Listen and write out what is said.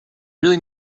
really